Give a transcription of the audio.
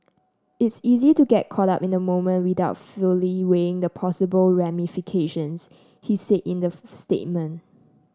it's easy to get caught up in the moment without fully weighing the possible ramifications he said in the statement